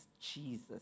Jesus